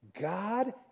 God